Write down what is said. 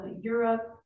Europe